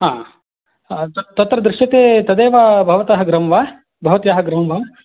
हा तत्र दृश्यते तदेव भवतः गृहं वा भवत्याः गृहं वा